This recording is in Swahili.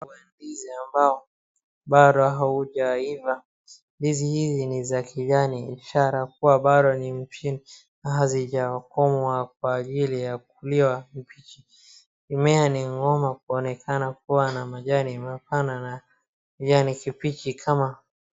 Kuna ndizi ambao bado haujaiva, ndizi hizi ni za kijani ishara kuwa bado ni mbichi bado hazijakomaa kwa ajili ya kuliwa, mimea ni ngumu kuonekana kuwa na majani mapana na kijani kibichi kama.